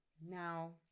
Now